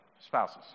spouses